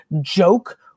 joke